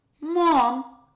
Mom